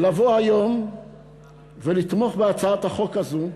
לבוא היום ולתמוך בהצעת החוק הזאת,